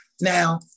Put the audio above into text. Now